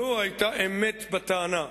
לו היתה אמת בטענה,